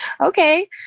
okay